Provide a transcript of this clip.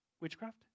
witchcraft